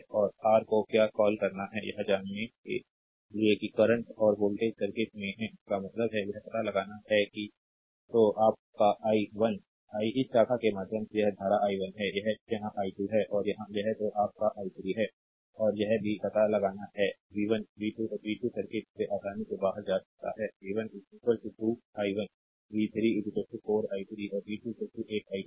और आर को क्या कॉल करना है यह जानने के लिए कि करंट और वोल्टेज सर्किट में है इसका मतलब है यह पता लगाना है कि तो आप का i1 I इस शाखा के माध्यम से यह धारा i1 है यह यहाँ i2 है और यहाँ यह तो आप का i3 है और यह भी पता लगाना है v 1 v 3 और v 2 सर्किट से आसानी से बाहर जा सकता है v 1 2 i1 v 3 4 i3 और v 2 8 i2